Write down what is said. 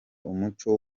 umuco